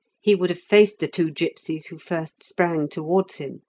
he would have faced the two gipsies who first sprang towards him.